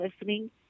listening